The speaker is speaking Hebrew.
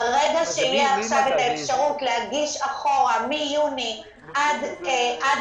ברגע שתהיה את האפשרות להגיש אחורה מיוני עד